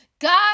God